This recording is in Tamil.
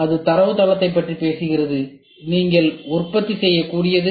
அது தரவுத்தளத்தைப் பற்றி பேசுகிறது அதில் நீங்கள் உற்பத்தி செய்யக்கூடியது